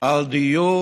על דיור